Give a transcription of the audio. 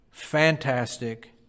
fantastic